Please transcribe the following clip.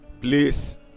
Please